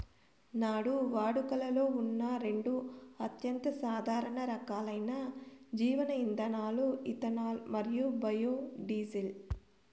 నేడు వాడుకలో ఉన్న రెండు అత్యంత సాధారణ రకాలైన జీవ ఇంధనాలు ఇథనాల్ మరియు బయోడీజిల్